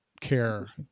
care